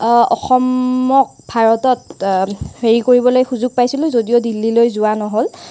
অসমক ভাৰতত হেৰি কৰিবলৈ সুযোগ পাইছিলোঁ যদিও দিল্লীলৈ যোৱা নহ'ল